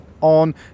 on